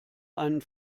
einen